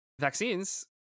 vaccines